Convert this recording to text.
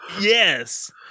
Yes